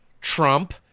Trump